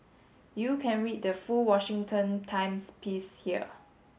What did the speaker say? you can read the full Washington Times piece here